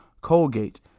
Colgate